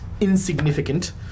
insignificant